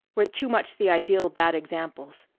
we're too much the ideal bad examples.